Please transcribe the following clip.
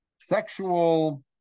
sexual